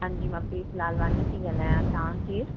हांजी मां प्रीत लालवानी थी ॻाल्हायां तव्हां केरु